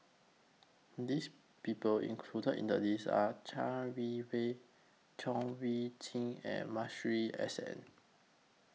This People included in The list Are Chai Wei Wee Chong Wei Jin and Masuri S N